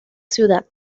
ciudad